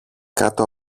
κάτω